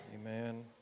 Amen